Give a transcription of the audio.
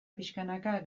pixkanaka